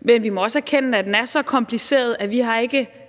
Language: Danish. Men vi må også erkende, at det er så kompliceret, at vi ikke